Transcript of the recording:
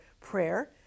prayer